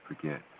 forget